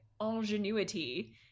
ingenuity